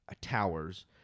towers